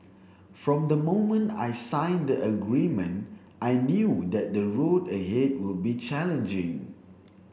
from the moment I signed the agreement I knew that the road ahead would be challenging